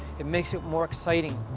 it makes it more exciting.